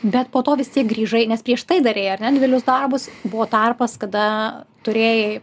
bet po to vis tiek grįžai nes prieš tai darei ar ne didelius darbus buvo tarpas kada turėjai